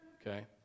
okay